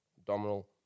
abdominal